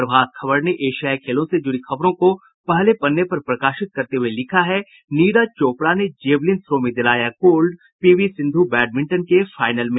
प्रभात खबर ने एशियाई खेलों से जुड़ी खबरों पहले पन्ने पर प्रकाशित करते हुये लिखा है नीरज चोपड़ा ने जेवलिन थ्रो में दिलाया गोल्ड पीवी सिंधु बैडमिंटन के फाइनल में